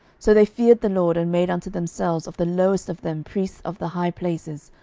so they feared the lord, and made unto themselves of the lowest of them priests of the high places,